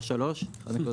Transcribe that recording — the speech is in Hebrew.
לא 3 מיליארד.